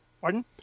Pardon